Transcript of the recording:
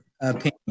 opinion